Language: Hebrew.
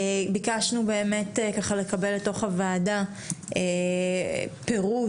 ביקשנו לקבל לתוך הוועדה פירוט